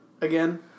again